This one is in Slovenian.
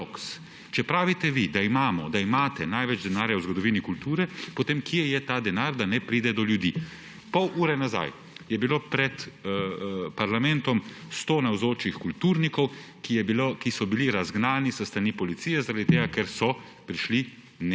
paradoks? Če pravite vi, da imate največ denarja v zgodovini kulture, potem kje je ta denar, da ne pride do ljudi? Pol ure nazaj je bilo pred parlamentom sto navzočih kulturnikov, ki so bili razgnani s strani policije zaradi tega, ker so prišli